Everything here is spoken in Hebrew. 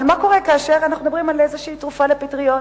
אבל מה קורה כאשר אנחנו מדברים על איזו תרופה לפטריות,